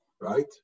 Right